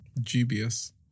Dubious